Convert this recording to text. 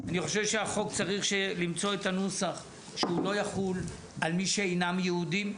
אני חושב שהחוק צריך למצוא את הנוסח שהוא לא יחול על מי שאינם יהודים.